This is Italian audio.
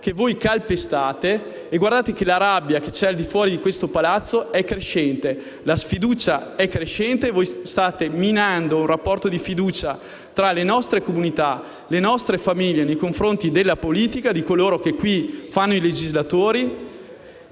e calpestate. Guardate che la rabbia che c'è fuori questo Palazzo è crescente, la sfiducia è crescente e voi state minando un rapporto di fiducia tra le nostre comunità e le nostre famiglia nei confronti della politica e di coloro che qui fanno i legislatori.